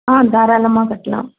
ஆ தாராளமாக கட்டலாம்